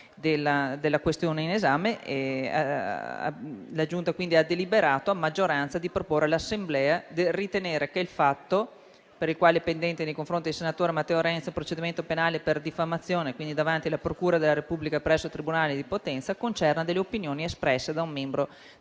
della questione in esame. La Giunta ha quindi deliberato a maggioranza di proporre all'Assemblea di ritenere che il fatto per il quale è pendente nei confronti del senatore Matteo Renzi il procedimento penale per diffamazione davanti alla procura della Repubblica presso il tribunale di Potenza concerna opinioni espresse da un membro